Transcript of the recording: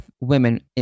women